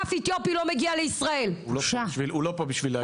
אף אתיופי לא מגיע לישראל --- הוא לא פה בשביל להגיב.